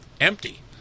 empty